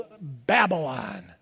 Babylon